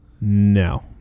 No